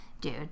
dude